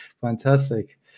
Fantastic